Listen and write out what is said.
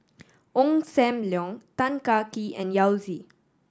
Ong Sam Leong Tan Kah Kee and Yao Zi